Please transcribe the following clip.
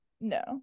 no